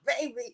baby